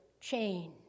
chain